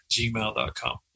gmail.com